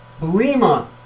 Belima